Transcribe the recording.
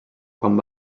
quan